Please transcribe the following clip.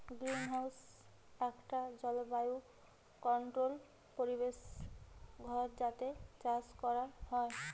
greenhouse একটা জলবায়ু controlled পরিবেশ ঘর যাতে চাষ কোরা হয়